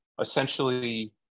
essentially